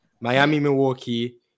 Miami-Milwaukee